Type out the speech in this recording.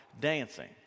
dancing